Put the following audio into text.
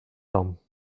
ans